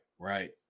right